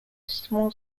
small